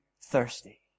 thirsty